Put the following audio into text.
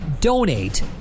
donate